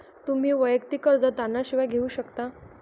तुम्ही वैयक्तिक कर्ज तारणा शिवाय घेऊ शकता